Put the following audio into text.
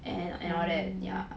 and and all that ya